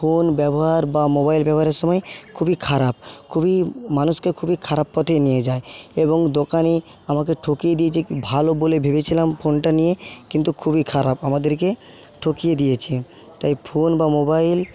phone ব্যবহার বা mobile ব্যবহারের সময় খুবই খারাপ খুবই মানুষকে খুবই খারাপ পথে নিয়ে যায় এবং দোকানে আমাকে ঠকিয়ে দিয়েছে ভালো বলে ভেবেছিলাম ফোনটা নিয়ে কিন্তু খুবই খারাপ আমাদেরকে ঠকিয়ে দিয়েছে তাই ফোন বা মোবাইল